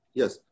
yes